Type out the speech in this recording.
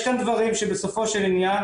יש כאן דברים שבסופו של ענין,